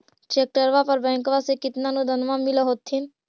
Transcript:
ट्रैक्टरबा पर बैंकबा से कितना अनुदन्मा मिल होत्थिन?